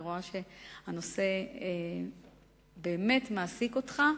אני רואה שהנושא באמת מעסיק אותך.